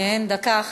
דקה אחת.